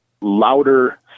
louder